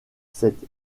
cette